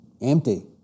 Empty